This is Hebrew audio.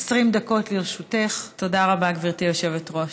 תודה רבה, גברתי היושבת-ראש.